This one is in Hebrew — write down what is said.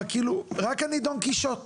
מה כאילו, רק אני דון קישוט?